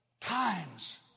times